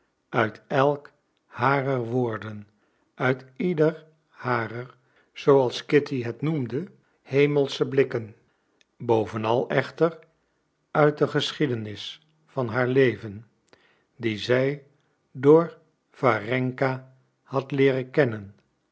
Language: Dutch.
uit elk harer woorden uit ieder harer zooals kitty het noemde hemelsche blikken bovenal echter uit de geschiedenis van haar leven die zij door warenka had leeren kennen